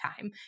time